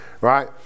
right